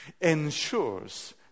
ensures